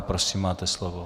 Prosím, máte slovo.